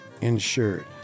insured